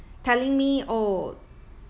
telling me oh